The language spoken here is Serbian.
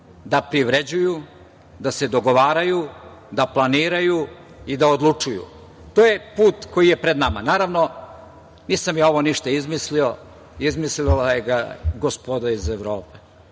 da privređuju, da se dogovaraju, da planiraju i da odlučuju. To je put koji je pred nama. Naravno, nisam ja ovo ništa izmislio, izmislila ga je gospoda iz Evrope.